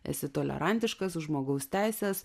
esi tolerantiškas žmogaus teisės